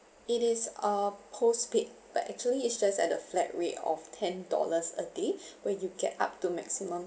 it is a postpaid but actually is just at a flat rate of ten dollars a day where you get up to maximum